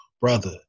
Brother